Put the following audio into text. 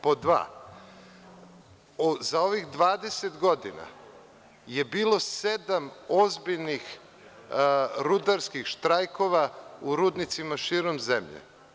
Pod dva – za ovih 20 godina je bilo sedam ozbiljnih rudarskih štrajkova u rudnicima širom zemlje.